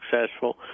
successful